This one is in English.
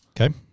Okay